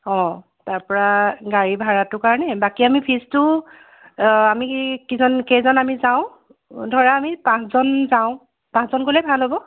অ তাৰপৰা গাড়ী ভাৰাটোৰ কাৰণে বাকী আমি ফিজটো আমিকিজন কেইজন আমি যাওঁ ধৰা আমি পাঁচজন যাওঁ পাঁচজন গ'লেই ভাল হ'ব